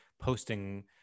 posting